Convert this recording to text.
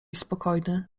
spokojny